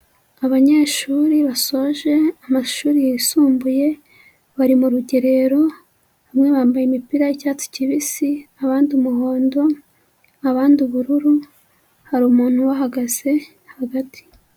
Abanyeshuri basoje amashuri yisumbuye, bari mu rugerero, bamwe bambaye imipira y'icyatsi kibisi, abandi umuhondo, abandi ubururu, hari umuntu ubahagaze hagati.